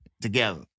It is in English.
together